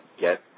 get